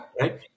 right